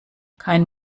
kein